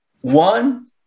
One